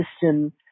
system